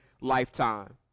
lifetime